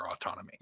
autonomy